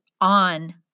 on